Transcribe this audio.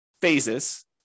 phases